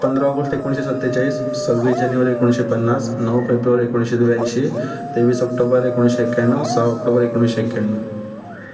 पंधरा ऑगस्ट एकोणीशे सत्तेचाळीस सव्वीस जानेवारी एकोणीशे पन्नास नऊ फेब्रुवारी एकोणीशे ब्याऐंशी तेवीस ऑक्टोबर एकोणीशे एक्याण्णव सहा ऑक्टोबर एकोणीशे एक्याण्णव